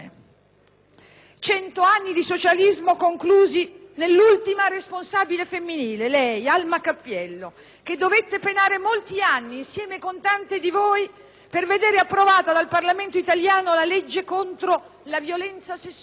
Cento anni di socialismo conclusi nell'ultima responsabile femminile, lei, Alma Cappiello, che dovette penare molti anni, insieme con tante di voi, per vedere approvata dal Parlamento italiano la legge contro la violenza sessuale